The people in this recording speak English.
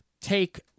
Take